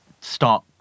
start